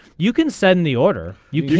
you can send the order you yeah.